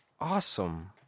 awesome